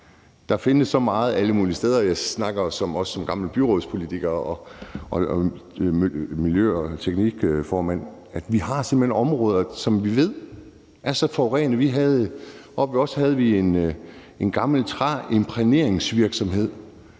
Der findes så meget alle mulige steder. Jeg snakker også som gammel byrådspolitiker og miljø- og teknikudvalgsformand. Vi har simpelt hen områder, som vi ved er så forurenede. Oppe hos os havde vi en gammel træimprægneringsvirksomhed,